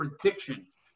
predictions